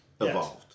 evolved